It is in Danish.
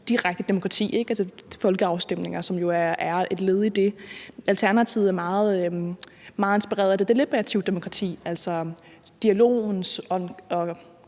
direkte demokrati, og folkeafstemninger er jo et led i det. Alternativet er meget inspireret af det deliberative demokrati, altså dialogen